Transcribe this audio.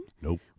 Nope